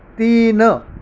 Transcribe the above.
तीन